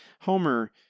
Homer